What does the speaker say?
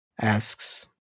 asks